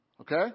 Okay